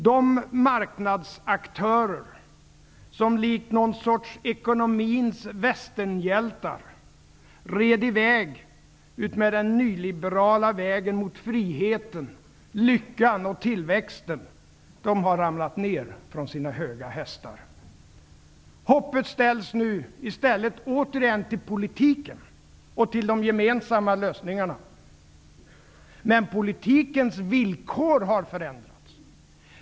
De marknadsaktörer som likt ett slags ekonomins västernhjältar red i väg utmed den nyliberala vägen mot friheten, lyckan och tillväxten har ramlat ned från sina höga hästar. Hoppet ställs nu återigen till politiken och till de gemensamma lösningarna. Men politikens villkor har förändrats.